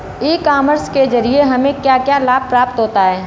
ई commerce के ज़रिए हमें क्या क्या लाभ प्राप्त होता है?